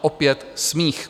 Opět smích.